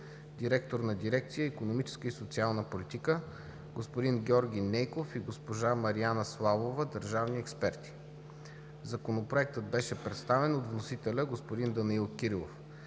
директор на дирекция „Икономическа и социална политика“, господин Георги Нейков и госпожа Мариана Славова – държавни експерти. Законопроектът беше представен от вносителя – господин Данаил Кирилов.